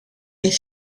est